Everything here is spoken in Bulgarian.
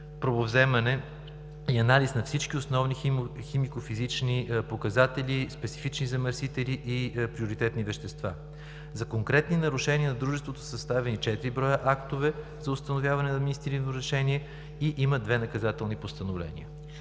пробовземане и анализ на всички основни химико-физични показатели, специфични замърсители и приоритетни вещества. За конкретни нарушения на дружеството са съставени четири броя актове за установяване на административни нарушения и има две наказателни постановления.